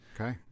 Okay